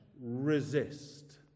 resist